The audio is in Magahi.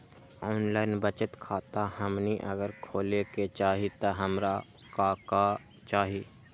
ऑनलाइन बचत खाता हमनी अगर खोले के चाहि त हमरा का का चाहि?